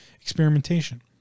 experimentation